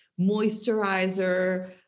moisturizer